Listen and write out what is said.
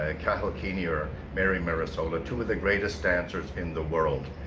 ah cathal keaney or mary mirasola. two of the greatest dancers in the world.